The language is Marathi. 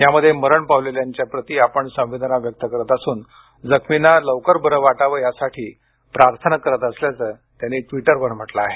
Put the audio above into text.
यामध्ये मरण पावलेल्यांच्या प्रती आपण संवेदना व्यक्त करीत असून जखमींना लवकर बरे वाटावे यासाठी प्रार्थना करत असल्याचं त्यांनी ट्वीटरवर म्हटलं आहे